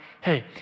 Hey